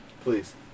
Please